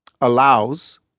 allows